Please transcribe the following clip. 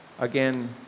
again